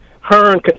Hearn